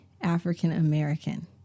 African-American